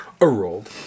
a-rolled